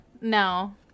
No